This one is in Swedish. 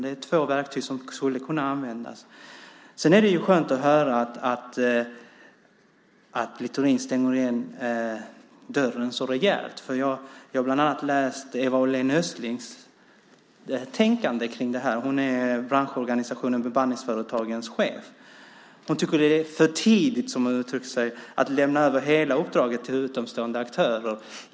Det är två verktyg som skulle kunna användas. Det är skönt att höra att Littorin stänger igen dörren så rejält. Jag har bland annat tagit del av branschorganisationen Bemanningsföretagens tidigare chef Eva Östling Olléns tänkande kring detta. Hon tycker att det är för tidigt, som hon uttrycker sig, att lämna över hela uppdraget till utomstående aktörer.